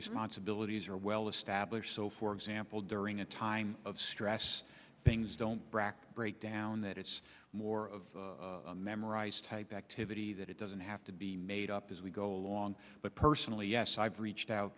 responsibilities are well established so for example during a time of stress things don't break down that it's more of a memorised type activity that it doesn't have to be made up as we go along but personally yes i've reached out